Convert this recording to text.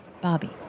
Bobby